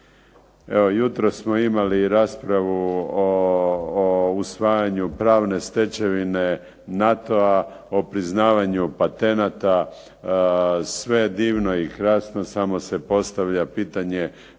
jutros smo imali raspravu o usvajanju pravne stečevine NATO-a, o priznavanju patenata. Sve je divno i krasno samo se postavlja pitanje